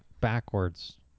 backwards